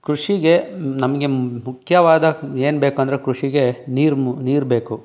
ಕೃಷಿಗೆ ನಮಗೆ ಮುಖ್ಯವಾದ ಏನು ಬೇಕಂದರೆ ಕೃಷಿಗೆ ನೀರು ಮು ನೀರು ಬೇಕು